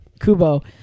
Kubo